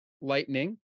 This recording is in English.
lightning